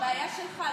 מה?